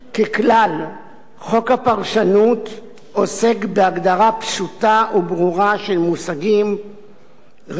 חוק הפרשנות עוסק בהגדרה פשוטה וברורה של מושגים רווחים בחקיקה.